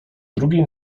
drugiej